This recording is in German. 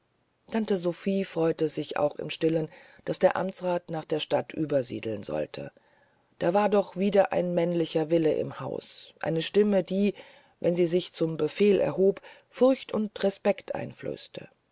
tante sophie freute sich aber auch im stillen daß der amtsrat nach der stadt übersiedeln sollte da war doch wieder ein männlicher wille im hause eine stimme die wenn sie sich zum befehl erhob furcht und respekt einflößte